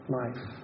life